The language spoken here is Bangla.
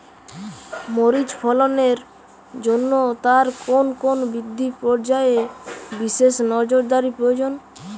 মরিচ ফলনের জন্য তার কোন কোন বৃদ্ধি পর্যায়ে বিশেষ নজরদারি প্রয়োজন?